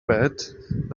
bed